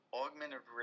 augmented